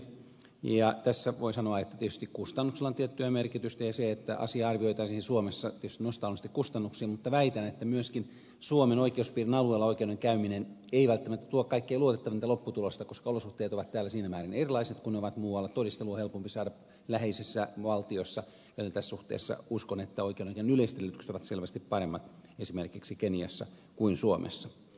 ja tässä voi sanoa että tietysti kustannuksilla on tiettyä merkitystä ja se että asia arvioitaisiin suomessa tietysti nostaa olennaisesti kustannuksia mutta väitän että myöskään suomen oikeuspiirin alueella oikeuden käyminen ei välttämättä tuo kaikkein luotettavinta lopputulosta koska olosuhteet ovat täällä siinä määrin erilaiset kuin ne ovat muualla todistelu on helpompi saada läheisessä valtiossa joten tässä suhteessa uskon että oikeudenkäynnin yleiset edellytykset ovat selvästi paremmat esimerkiksi keniassa kuin suomessa